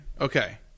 okay